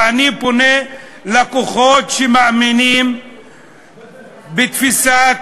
ואני פונה לכוחות שמאמינים בתפיסת